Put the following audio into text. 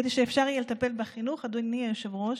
כדי שאפשר יהיה לטפל בחינוך, אדוני היושב-ראש,